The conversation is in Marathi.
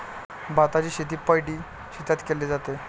भाताची शेती पैडी शेतात केले जाते